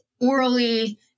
orally